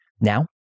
Now